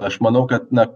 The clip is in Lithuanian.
aš manau kad na